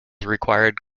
required